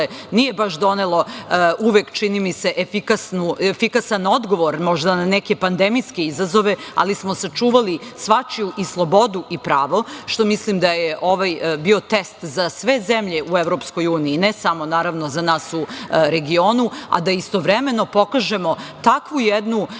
nije baš donelo uvek, čini mi se, efikasan odgovor možda na neke pandemijske izazove, ali smo sačuvali svačiju i slobodu i pravo, što mislim da je bio test za sve zemlje u Evropskoj uniji, ne samo za nas u regionu, a da istovremeno pokažemo takvu jednu